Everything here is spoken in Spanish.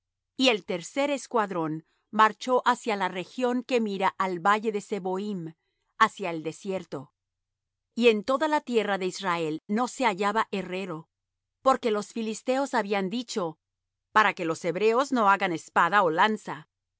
y el tercer escuadrón marchó hacia la región que mira al valle de seboim hacia el desierto y en toda la tierra de israel no se hallaba herrero porque los filisteos habían dicho para que los hebreos no hagan espada ó lanza